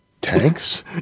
Tanks